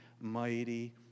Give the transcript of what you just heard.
mighty